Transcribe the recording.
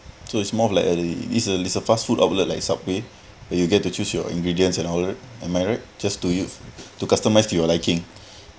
so it's more like a is a is a fast food outlet like subway when you get to choose your ingredients and outlet am I right just to use to customise to your liking